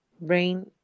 brain